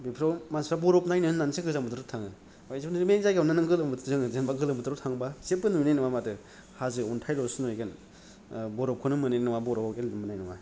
बेफ्राव मानसिफ्रा बरफ नायनो होननानैसो गोजां बोथोराव थाङो आमफाय जुदि बे जायगायावनो नोङो गोलोम बोथोर जोङो जेन'बा गोलोम बोथाराव थाङोबा जेबबो नुहैनाय नङा माथो हाजो अन्थाइ ल'सो नुहैगोन बरफखौनो मोनहैनाय नङा बरफ आव गेलेनो मोननाय नङा